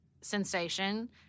sensation